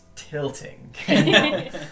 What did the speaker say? tilting